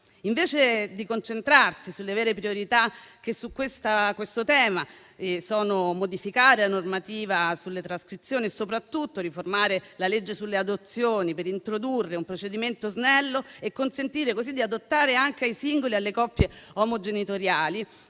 Invece di concentrarsi sulle vere priorità - su questo tema sono: modificare la normativa sulle trascrizioni e, soprattutto, riformare la legge sulle adozioni, per introdurre un procedimento snello e consentire così di adottare anche ai singoli e alle coppie omogenitoriali